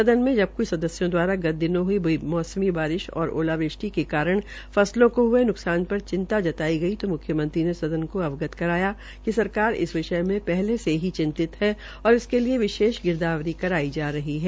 सदन में जब कुछ सदस्यों द्वारा गत दिनों हुई बेमौसमी बारिश और ओलावृष्टि के कारण फसलों को ह्ए नुकसान पर चिंता व्यक्त की गई तो मुख्यमंत्री ने सदन को अवगत करवाया कि सरकार इस विषय में पहले से ही चिंतित है और इसके लिए विशेष गिरदावरी करवाई जा रही है